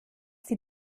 sie